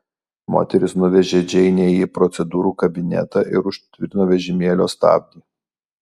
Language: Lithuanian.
moteris nuvežė džeinę į procedūrų kabinetą ir užtvirtino vežimėlio stabdį